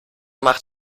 macht